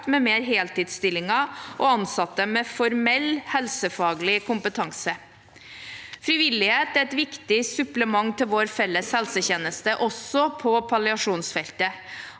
ved mer heltidsstillinger og ansatte med formell helsefaglig kompetanse. Frivillighet er et viktig supplement til vår felles helsetjeneste, også på palliasjonsfeltet.